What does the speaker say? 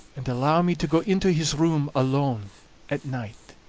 and allow me to go into his room alone at night.